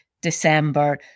December